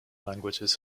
languages